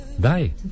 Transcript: Die